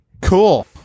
Cool